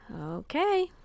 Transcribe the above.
Okay